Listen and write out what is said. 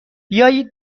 بیایید